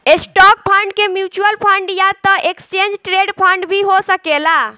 stock fund के mutual fund या त एक्सचेंज ट्रेड फंड भी हो सकेला